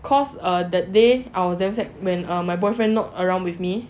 cause err that day I was damn sad when err my boyfriend not around with me